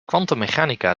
kwantummechanica